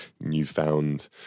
newfound